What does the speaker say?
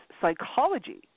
psychology